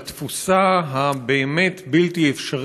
על התפוסה הבאמת-בלתי-אפשרית,